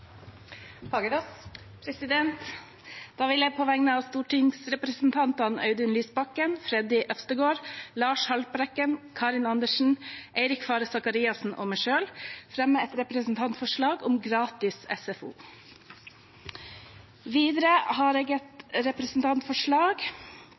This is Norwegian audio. Da vil jeg på vegne av stortingsrepresentantene Audun Lysbakken, Freddy André Øvstegård, Lars Haltbrekken, Karin Andersen, Eirik Faret Sakariassen og meg selv fremme et representantforslag om gratis SFO. Videre er det et